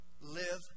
live